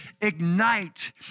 ignite